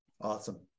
Awesome